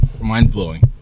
mind-blowing